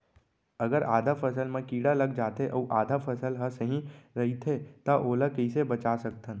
अगर आधा फसल म कीड़ा लग जाथे अऊ आधा फसल ह सही रइथे त ओला कइसे बचा सकथन?